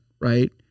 right